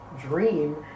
dream